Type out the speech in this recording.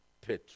petrol